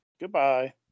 goodbye